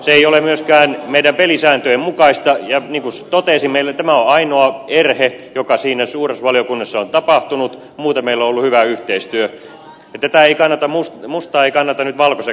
se ei ole myöskään meidän pelisääntöjemme mukaista ja niin kuin totesin tämä on ainoa erhe joka siinä suuressa valiokunnassa on tapahtunut muuten meillä on ollut hyvä yhteistyö tietää itälä domus mus tai kanadan valse